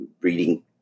breeding